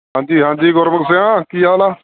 ਹਾਂਜੀ ਹਾਂਜੀ ਗੁਰਮੁਖ ਸਿਆਂ ਕੀ ਹਾਲ ਆ